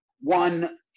one